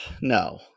no